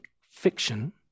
fiction